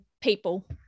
people